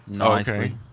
Okay